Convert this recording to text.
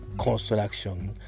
construction